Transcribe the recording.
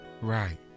Right